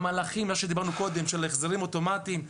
המהלכים שדיברנו עליהם קודם, כל החזרים אוטומטיים,